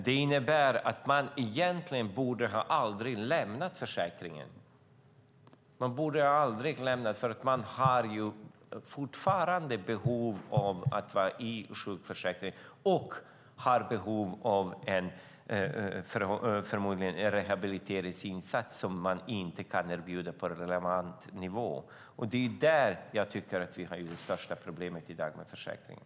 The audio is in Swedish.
Det innebär att de egentligen aldrig borde ha lämnat försäkringen eftersom de fortfarande har behov av att vara i den - och förmodligen också har behov av en rehabiliteringsinsats som inte kan erbjudas på relevant nivå. Där har vi i dag det största problemet när det gäller försäkringen.